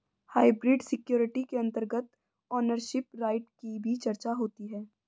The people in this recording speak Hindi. हाइब्रिड सिक्योरिटी के अंतर्गत ओनरशिप राइट की भी चर्चा होती है